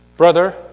Brother